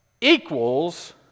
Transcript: equals